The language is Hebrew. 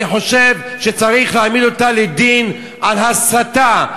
אני חושב שצריך להעמיד אותה לדין על הסתה,